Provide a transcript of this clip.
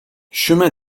chemin